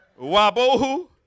wabohu